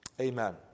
Amen